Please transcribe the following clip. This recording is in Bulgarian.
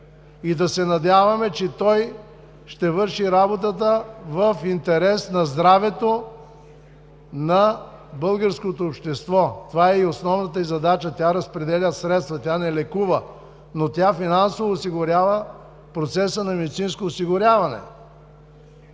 И да се надяваме, че той ще върши работата в интерес на здравето на българското общество. Това е и основната й задача – тя разпределя средства, тя не лекува, но финансово осигурява процеса на медицинско осигуряване.